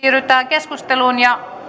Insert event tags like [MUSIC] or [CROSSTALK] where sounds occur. [UNINTELLIGIBLE] ryhdytään keskusteluun